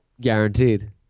Guaranteed